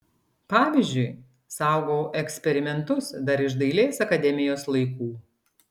pavyzdžiui saugau eksperimentus dar iš dailės akademijos laikų